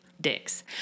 dicks